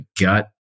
gut